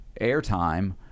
airtime